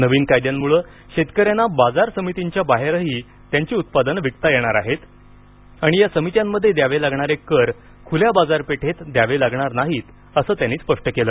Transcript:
नवीन कायद्यांमुळे शेतकऱ्यांना बाजार समित्यांच्या बाहेरही त्यांची उत्पादनं विकता येणार आहेत आणि या समित्यांमध्ये द्यावे लागणारे कर खुल्या बाजारपेठेत द्यावे लागणार नाहीत असं त्यानी स्पष्ट केलं